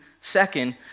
second